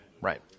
Right